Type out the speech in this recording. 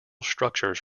structures